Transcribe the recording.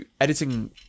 editing